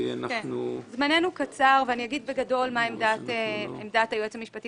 זמננו קצר ואני אגיד מה עמדת היועץ המשפטי